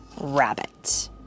rabbit